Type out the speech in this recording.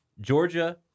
Georgia